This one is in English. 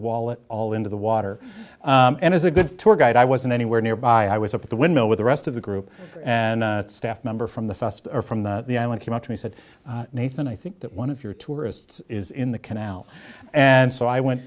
wallet all into the water and as a good tour guide i wasn't anywhere nearby i was at the window with the rest of the group and a staff member from the fest from the island came up to me said nathan i think that one of your tourists is in the canal and so i went